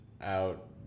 out